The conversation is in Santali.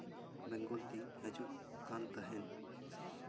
ᱵᱮᱝᱜᱚᱞ ᱛᱤᱧ ᱦᱤᱡᱩᱜ ᱠᱟᱱ ᱛᱟᱦᱮᱱ